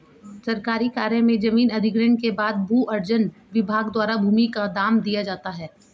सरकारी कार्य में जमीन अधिग्रहण के बाद भू अर्जन विभाग द्वारा भूमि का दाम दिया जाता है